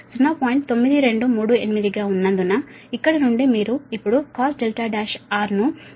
9238 గా ఉన్నందున ఇక్కడ నుండి మీరు ఇప్పుడు Cos R1 0